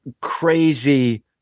crazy